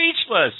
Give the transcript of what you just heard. speechless